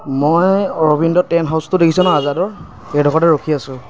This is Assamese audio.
মই অৰবিন্দ টেণ্ট হাউছটো দেখিছে নহয় আজাদৰ সেইডোখৰতে ৰখি আছো